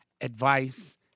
advice